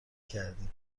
کردی